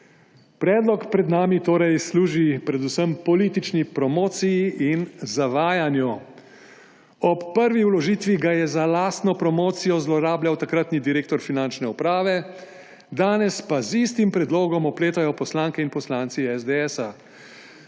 Predlog pred nami torej služi predvsem politični promociji in zavajanju. Ob prvi vložitvi ga je za lastno promocijo zlorabljal takratni direktor Finančne uprave, danes pa z istim predlogom opletajo poslanke in poslanci SDS.